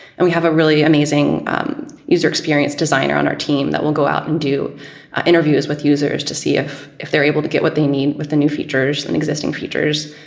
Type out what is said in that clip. and we have a really amazing user experience designer on our team that will go out and do interviews with users to see if if they're able to get what they need with the new features and existing features.